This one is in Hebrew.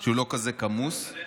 שהוא לא כל כך כמוס, אתה יודע